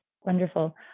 Wonderful